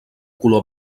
color